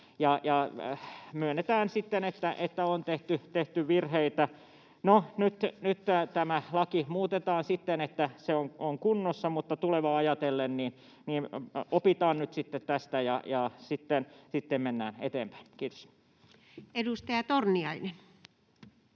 myönnetään sitten, että on tehty virheitä. No, nyt tämä laki muutetaan siten, että se on kunnossa. Mutta tulevaa ajatellen opitaan nyt tästä ja sitten mennään eteenpäin. — Kiitos. [Speech